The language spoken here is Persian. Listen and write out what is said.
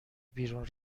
بیرون